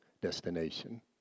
destination